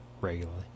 regularly